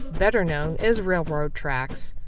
better known as railroad tracks.